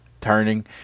turning